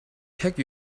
take